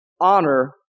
honor